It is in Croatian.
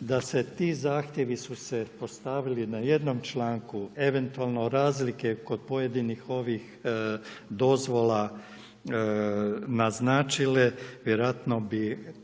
Da su se ti zahtjevi postavili na jednom članku, eventualno razlike kod pojedinih ovih dozvola naznačile, vjerojatno bi